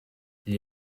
gli